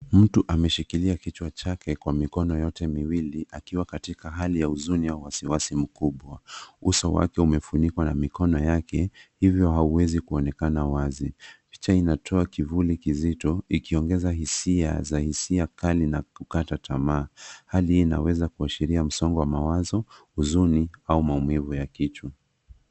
Mtu ameshikilia kichwa chake kwa mikono yoke miwili akiwa katika hali ya huzuni au wasiwasi mkubwa. Uso wake umefunikwa na mikono yake, hivyo hauwezi kuonekana wazi. Picha inatoa kivuli kizito, ikiongeza hisia za hisia kali na kukata tamaa. Hali hii inaweza kuashiria msongo wa mawazo, huzuni au maumivu ya kichwa.